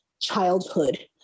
childhood